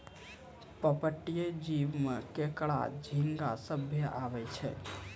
पर्पटीय जीव में केकड़ा, झींगा सभ्भे आवै छै